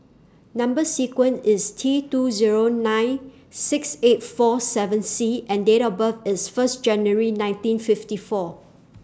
Number sequence IS T two Zero nine six eight four seven C and Date of birth IS First January nineteen fifty four